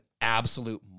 absolute